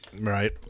Right